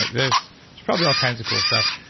there's probably all kinds of cool stuff.